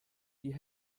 die